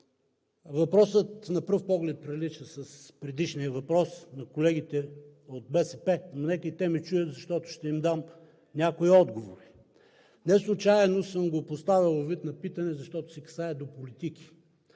въпросът на пръв поглед прилича на предишния въпрос на колегите от БСП, но нека и те ме чуят, защото ще им дам някои отговори. Неслучайно съм го поставил във вид на питане, защото се касае до политики.